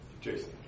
Jason